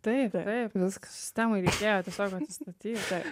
taip taip viskas sistemai reikėjo tiesiog atsistatyti